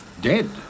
Dead